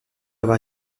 avoir